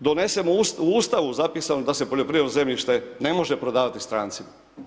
donesemo u Ustavu zapisano da se poljoprivredno zemljište ne može prodavati strancima.